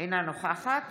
אינה נוכחת